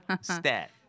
stat